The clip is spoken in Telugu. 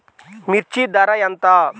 మిర్చి ధర ఎంత?